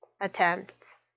attempts